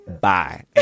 Bye